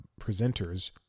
Presenters